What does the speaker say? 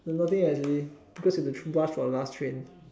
nothing actually cause we have to rush for the last train